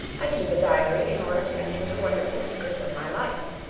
i keep a diary in order to enter the wonderful secrets of my life.